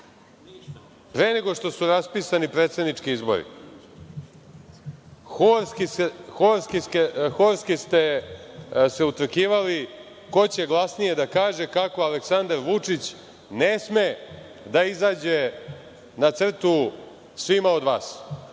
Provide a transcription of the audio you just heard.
Pre nego što su raspisani predsednički izbori, horski ste se utrkivali ko će glasnije da kaže kako Aleksandar Vučić ne sme da izađe na crtu svima od vas,